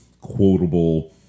quotable